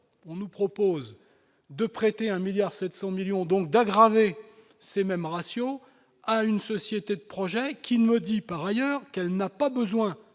on nous propose de prêter 1 milliard 700 millions donc d'aggraver ces mêmes rations à une société de projets qui ne dit par ailleurs qu'elle n'a pas besoin